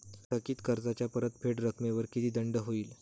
थकीत कर्जाच्या परतफेड रकमेवर किती दंड होईल?